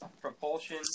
propulsion